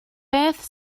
beth